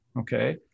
okay